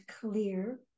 clear